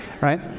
Right